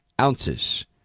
ounces